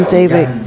David